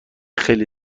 خیلی